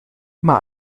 immer